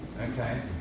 Okay